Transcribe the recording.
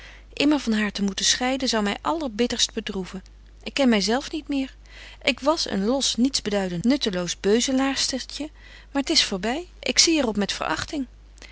van haar te moeten scheiden zou my allerbitterst bedroeven ik ken my zelf niet meer ik was een los nietsbeduident nutteloos beuzelaarstertje maar t is voorby ik zie er op met verächting